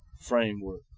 framework